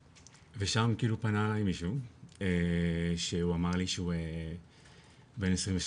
ושם כאילו פנה אלי מישהו שאמר לי שהוא בן 28